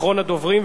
אחרון הדוברים,